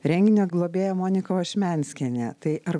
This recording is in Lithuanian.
renginio globėja monika ašmenskienė tai ar